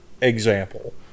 example